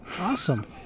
Awesome